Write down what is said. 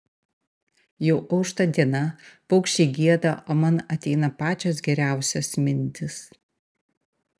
jau aušta diena paukščiai gieda o man ateina pačios geriausios mintys